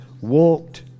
walked